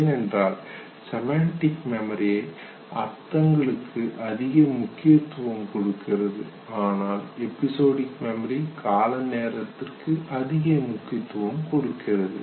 ஏனென்றால் செமண்டிக் மெமரியை அர்த்தங்களுக்கு அதிக முக்கியத்துவம் கொடுக்கிறது ஆனால் எபிசொடிக் மெமரி கால நேரத்திற்கு அதிக முக்கியத்துவம் கொடுக்கிறது